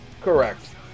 Correct